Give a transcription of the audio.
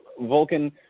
Vulcan